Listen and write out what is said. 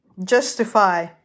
justify